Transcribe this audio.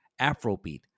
Afrobeat